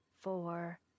four